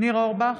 ניר אורבך,